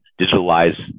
digitalize